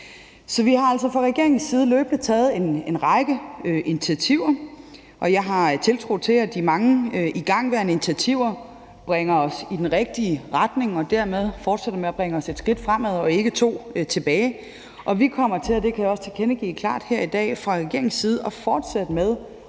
Så vi har altså fra regeringens side løbende taget en række initiativer, og jeg har tiltro til, at de mange igangværende initiativer bringer os i den rigtige retning og dermed fortsætter med at bringe os et skridt fremad og ikke to skridt tilbage. Vi kommer fra regeringens side – det vil jeg klart tilkendegive her i dag – til at fortsætte med at